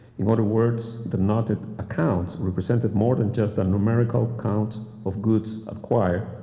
in other words, the noted accounts represented more than just a numerical account of goods acquired,